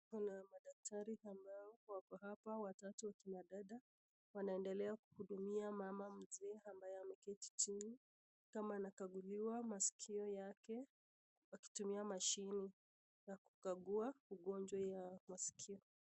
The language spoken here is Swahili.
Kuna madaktari ambao wako hapa watatu kina dada. Wanaendelea kuhudumia mama mzee ambaye ameketi chini kama anakaguliwa maskio yake wakitumia mashini na kukagua ugonjwa ya maskio.